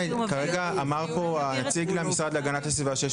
כרגע אמר פה הנציג של המשרד להגנת הסביבה שיש